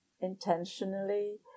intentionally